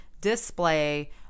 display